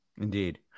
indeed